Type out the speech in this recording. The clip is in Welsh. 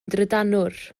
drydanwr